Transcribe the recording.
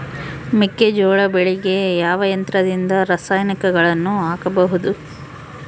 ಮೆಕ್ಕೆಜೋಳ ಬೆಳೆಗೆ ಯಾವ ಯಂತ್ರದಿಂದ ರಾಸಾಯನಿಕಗಳನ್ನು ಹಾಕಬಹುದು?